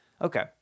okay